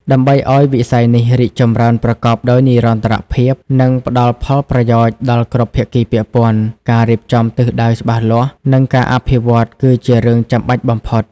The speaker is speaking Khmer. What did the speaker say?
ដើម្បីឲ្យវិស័យនេះរីកចម្រើនប្រកបដោយនិរន្តរភាព និងផ្ដល់ផលប្រយោជន៍ដល់គ្រប់ភាគីពាក់ព័ន្ធ ការរៀបចំទិសដៅច្បាស់លាស់ និងការអភិវឌ្ឍន៍ គឺជារឿងចាំបាច់បំផុត។